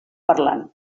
parlant